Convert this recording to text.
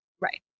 Right